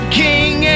king